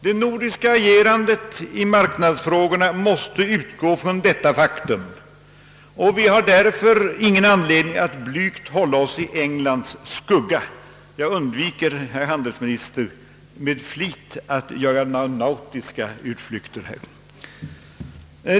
Det nordiska agerandet i marknadsfrågorna måste utgå från detta faktum, och vi har därför ingen anledning att blygt hålla oss i Englands skugga — jag undviker med flit, herr handelsminister, att göra några nautiska utflykter.